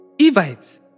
Evites